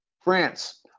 France